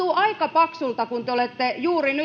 paksulta kun te olette